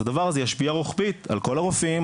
הדבר הזה ישפיע רוחבית על כל הרופאים,